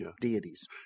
deities